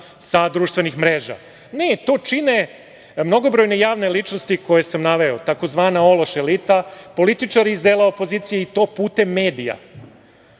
sa društvenih mreža. Ne, to čine mnogobrojne javne ličnosti koje sam naveo, tzv. "ološ elita", političari iz dela opozicije, i to putem medija.